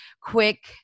quick